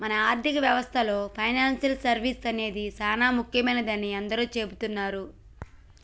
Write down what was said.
మన ఆర్థిక వ్యవస్థలో పెనాన్సియల్ సర్వీస్ అనేది సానా ముఖ్యమైనదని అందరూ సెబుతున్నారు